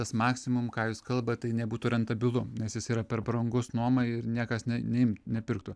tas maksimum ką jūs kalbat tai nebūtų rentabilu nes jis yra per brangus nuomai ir niekas neimt nepirktų